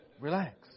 Relax